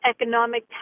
economic